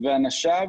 ואנשיו